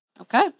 Okay